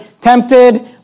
tempted